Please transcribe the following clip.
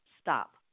Stop